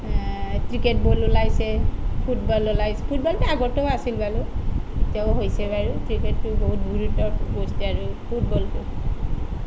cricket ball ওলাইছে football ওলাইছে ফুটবলটো আগতেও আছিল বাৰু এতিয়াও হৈছে বাৰু ক্ৰিকেটটো বহুত গুৰুতৰ বস্তু আৰু ফুটবলটো